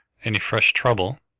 any fresh trouble?